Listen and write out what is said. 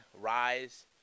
Rise